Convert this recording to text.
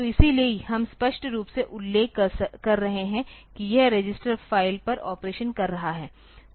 तो इसीलिए हम स्पष्ट रूप से उल्लेख कर रहे हैं कि यह रजिस्टर फाइल पर ऑपरेशन कर रहा है